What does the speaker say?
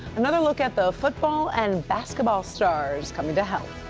another look at the football and basketball stars coming to help